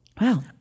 wow